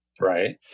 right